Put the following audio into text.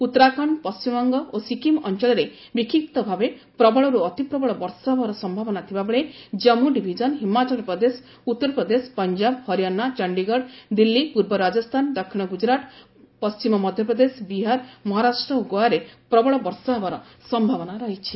ଉତ୍ତରାଖଣ୍ଡ ପଶ୍ଚିମବଙ୍ଗ ଓ ସିକିମ୍ ଅଞ୍ଚଳରେ ବିକ୍ଷିପ୍ତ ଭାବେ ପ୍ରବଳରୁ ଅତିପ୍ରବଳ ବର୍ଷା ହେବାର ସମ୍ଭାବନା ଥିବା ବେଳେ ଜାନ୍ଧୁ ଡିଭିଜନ ହିମାଚଳ ପ୍ରଦେଶ ଉତ୍ତରପ୍ରଦେଶ ପଞ୍ଜାବ ହରିଆଣା ଚଣ୍ଡୀଗଡ଼ ଦିଲ୍ଲୀ ପୂର୍ବ ରାଜସ୍ଥାନ ଦକ୍ଷିଣ ଗୁଜରାଟ ପଶ୍ଚିମ ମଧ୍ୟପ୍ରଦେଶ ବିହାର ମହାରାଷ୍ଟ୍ର ଓ ଗୋଆରେ ପ୍ରବଳ ବର୍ଷା ହେବାର ସମ୍ଭାବନା ରହିଛି